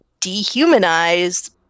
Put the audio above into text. dehumanize